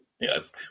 Yes